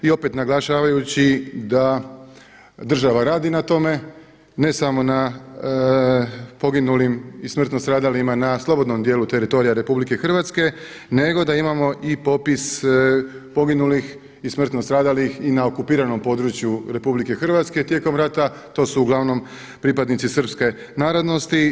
I opet naglašavajući da država radi na tome, ne samo na poginulim i smrtno stradalima na slobodnom dijelu teritorija RH nego da imamo i popis poginulih i smrtno stradalih i na okupiranom području RH tijekom rata, to su uglavnom pripadnici srpske narodnosti.